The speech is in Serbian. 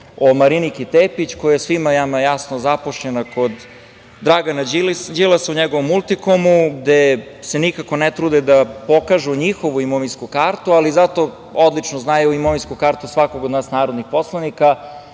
o Mariniki Tepić koja je, svima je nama jasno, zaposlena kod Dragana Đilasa u njegovom „Multikomu“, gde se nikako ne trude da pokažu njihovu imovinsku kartu, ali zato odlično znaju imovinsku kartu svakog od nas narodnih poslanika,